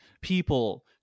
people